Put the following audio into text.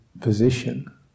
position